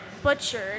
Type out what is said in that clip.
Butchered